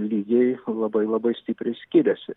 lygiai labai labai stipriai skiriasi